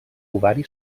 ovari